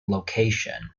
location